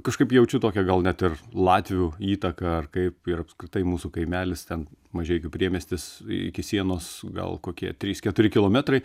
kažkaip jaučiu tokią gal net ir latvių įtaką ar kaip ir apskritai mūsų kaimelis ten mažeikių priemiestis iki sienos gal kokie trys keturi kilometrai